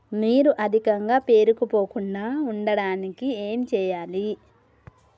నీరు అధికంగా పేరుకుపోకుండా ఉండటానికి ఏం చేయాలి?